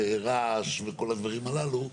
רעש וכל הדברים הללו.